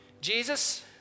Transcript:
Jesus